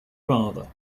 father